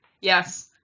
Yes